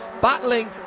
battling